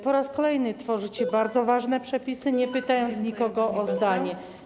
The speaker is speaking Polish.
Po raz kolejny tworzycie bardzo ważne przepisy, nie pytając nikogo o zdanie.